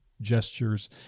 gestures